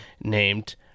named